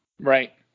Right